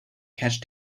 catch